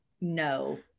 no